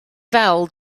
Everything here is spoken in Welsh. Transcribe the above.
fel